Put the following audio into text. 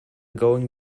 going